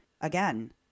again